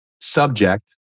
subject